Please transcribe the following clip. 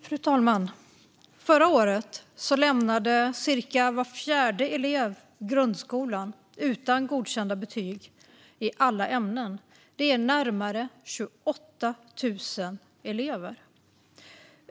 Fru talman! Förra året lämnade cirka var fjärde elev grundskolan utan godkända betyg i alla ämnen. Det är närmare 28 000 elever.